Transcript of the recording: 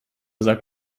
sagt